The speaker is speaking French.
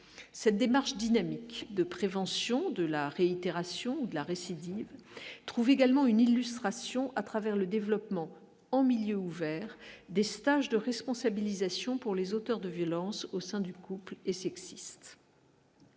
cette démarche dynamique de prévention de la réitération de la récidive trouve également une illustration à travers le développement en milieu ouvert, des stages de responsabilisation pour les auteurs de violences au sein du couple et sexiste.